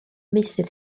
meysydd